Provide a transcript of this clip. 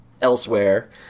elsewhere